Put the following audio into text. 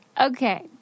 Okay